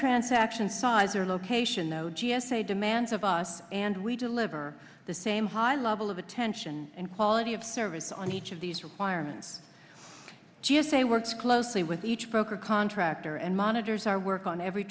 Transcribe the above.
transaction size or location the g s a demands of us and we deliver the same high level of attention and quality of service on each of these requirements g s a works closely with each broker contractor and monitors our work on every